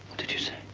did you say?